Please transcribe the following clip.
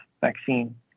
vaccine